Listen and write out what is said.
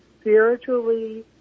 spiritually